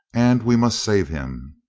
and we must save him.